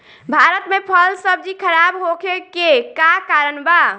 भारत में फल सब्जी खराब होखे के का कारण बा?